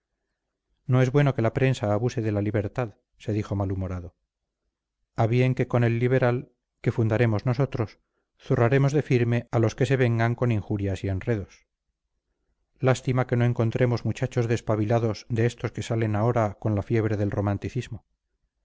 no es bueno que la prensa abuse de la libertad se dijo mal humorado a bien que con el liberal que fundaremos nosotros zurraremos de firme a los que se vengan con injurias y enredos lástima que no encontremos muchachos despabilados de estos que salen ahora con la fiebre del romanticismo